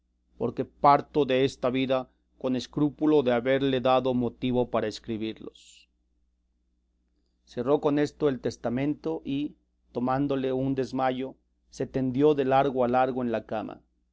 porque parto desta vida con escrúpulo de haberle dado motivo para escribirlos cerró con esto el testamento y tomándole un desmayo se tendió de largo a largo en la cama